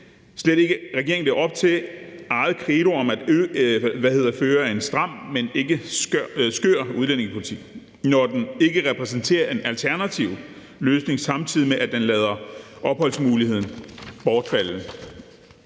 slet ikke, regeringen lever op til sit eget credo om at føre en stram, men ikke skør udlændingepolitik, når den ikke præsenterer en alternativ løsning, samtidig med at den lader muligheden for